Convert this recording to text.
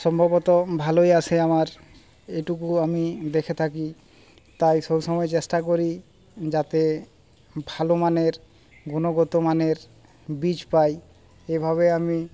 সম্ভবত ভালোই আসে আমার এটুকু আমি দেখে থাকি তাই সবসময় চেষ্টা করি যাতে ভালো মানের গুণগত মানের বীজ পাই এভাবে আমি